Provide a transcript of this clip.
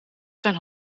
zijn